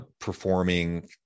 performing